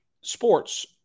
sports